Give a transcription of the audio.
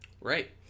Right